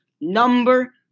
number